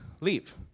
leave